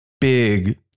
big